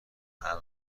منحل